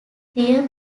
clear